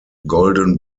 golden